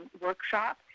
workshop